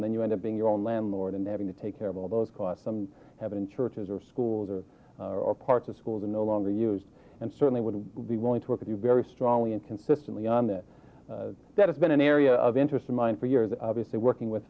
and you end up being your own landlord and having to take care of all those costs some have in churches or schools or or parts of schools are no longer used and certainly would be willing to work with you very strongly and consistently on that that has been an area of interest of mine for years obviously working with